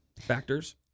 factors